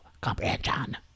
Comprehension